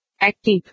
Active